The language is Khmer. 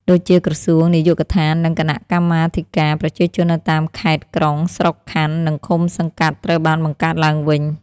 ដូចជា ក្រសួង នាយកដ្ឋាន និងគណៈកម្មាធិការប្រជាជននៅតាមខេត្ត-ក្រុង ស្រុក-ខណ្ឌ និងឃុំ-សង្កាត់ ត្រូវបានបង្កើតឡើងវិញ។